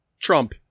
trump